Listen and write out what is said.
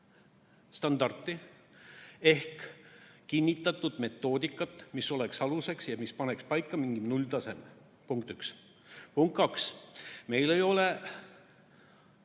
standardit ehk kinnitatud metoodikat, mis oleks aluseks ja mis paneks paika mingi nulltaseme. Punkt üks. Punkt kaks: meil ei ole